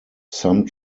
some